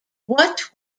what